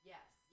Yes